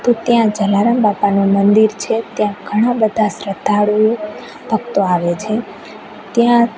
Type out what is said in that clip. તો ત્યાં જલારામ બાપાનું મંદિર છે ત્યાં ઘણા બધા શ્રદ્ધાળુઓ ભક્તો આવે છે